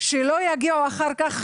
שלא יגיעו אחר כך,